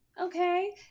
Okay